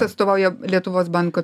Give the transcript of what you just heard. atstovauja lietuvos banko